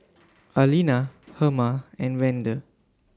Arlena Herma and Vander